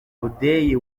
budeyi